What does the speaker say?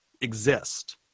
exist